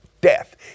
death